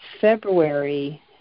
February